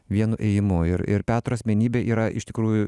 vienu ėjimu ir ir petro asmenybė yra iš tikrųjų